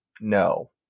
No